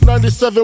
97